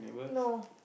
no